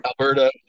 Alberta